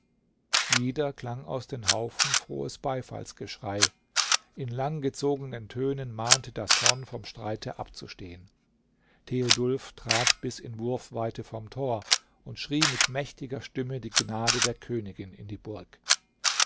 wieder klang aus den haufen frohes beifallsgeschrei in langgezogenen tönen mahnte das horn vom streite abzustehen theodulf trat bis in wurfweite vom tor und schrie mit mächtiger stimme die gnade der königin in die burg